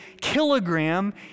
kilogram